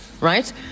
right